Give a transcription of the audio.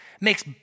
makes